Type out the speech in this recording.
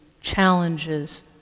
challenges